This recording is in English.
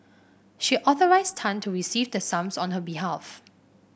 she authorised Tan to receive the sums on her behalf